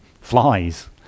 flies